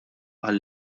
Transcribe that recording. qal